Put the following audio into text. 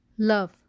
Love